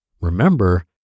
remember